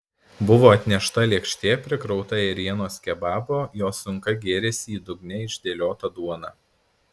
buvo atnešta lėkštė prikrauta ėrienos kebabo jo sunka gėrėsi į dugne išdėliotą duoną